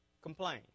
Complain